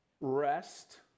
rest